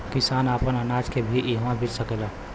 किसान आपन अनाज के भी इहवां बेच सकेलन